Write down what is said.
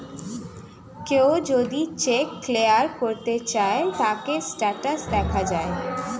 কেউ যদি check clear করতে চায়, তার স্টেটাস দেখা যায়